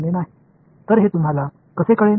எனவே அதை நீங்கள் எவ்வாறு அறிந்து கொள்வீர்கள்